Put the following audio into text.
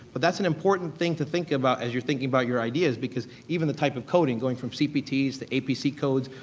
but that's an important thing to think about as you're thinking about your ideas because even the type of coding going from cpt's, to apc codes,